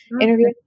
interview